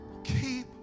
Keep